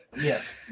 yes